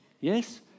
Yes